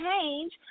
change